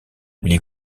les